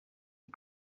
was